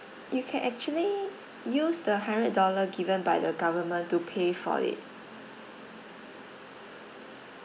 you can actually use the hundred dollar given by the government to pay for it